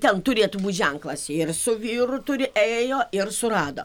ten turėtų būt ženklas ir su vyru turi ėjo ir surado